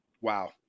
Wow